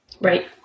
Right